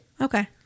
Okay